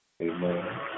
amen